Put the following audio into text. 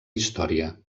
història